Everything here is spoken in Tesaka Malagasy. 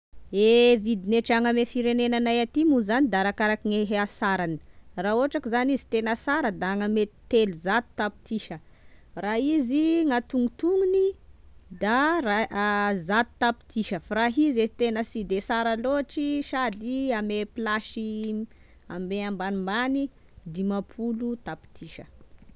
E vidine tragno ame firenenanay aty moa zany da arakaraky gne hasarany: raha ohatra ko zany izy tena sara da agny amy telozato tapitrisa, raha izy gn'atognontognony, da ray, a zato tapitrisa fa raha izy tena sy de sara loatry, sady ame plasy ame ambanimbany dimampolo tapitrisa.